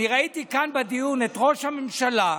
אני ראיתי כאן בדיון את ראש הממשלה,